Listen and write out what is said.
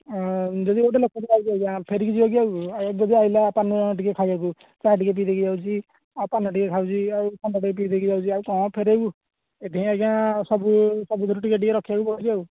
ଆଁ ଯଦି ଗୋଟିଏ ଲୋକଟେ ଆସିଲା ଫେରିକି ଯିବ କି ଆଉ କୁ ଯଦି ଆସିଲା ପାନ ଟିକେ ଖାଇବାକୁ ଚାହା ଟିକିଏ ପିଇ ଦେଇକି ଯାଉଛି ଆଉ ପାନ ଟିକିଏ ଖାଉଛି ଆଉ ଥଣ୍ଡା ଟିକିଏ ପିଇ ଦେଇକି ଯାଉଛି କ'ଣ ଫେରେଇବୁ ଏଇଠି ଆଜ୍ଞା ସବୁ ସବୁଥିରେ ଟିକିଏ ଟିକିଏ ରଖିବାକୁ ପଡ଼ୁଛି ଆଉ